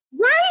Right